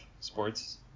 sports